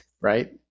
right